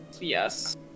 yes